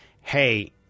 hey